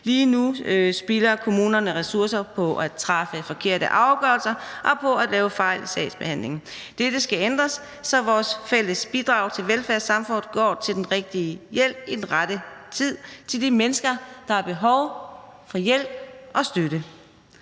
Lige nu spilder kommunerne ressourcer på at træffe forkerte afgørelser og på at lave fejl i sagsbehandlingen. Dette skal ændres, så vores fælles bidrag til velfærdssamfundet går til den rigtige hjælp i rette tid til de mennesker, der har behov for og ret til hjælp og støtte.